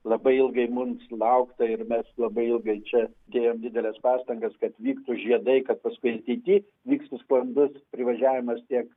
labai ilgai mums laukta ir mes labai ilgai čia dėjom dideles pastangas kad vyktų žiedai kad paskui ateity vyktų sklandus privažiavimas tiek